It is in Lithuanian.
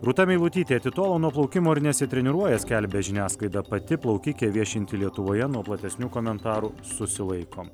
rūta meilutytė atitolo nuo plaukimo ir nesitreniruoja skelbia žiniasklaida pati plaukikė viešinti lietuvoje nuo platesnių komentarų susilaiko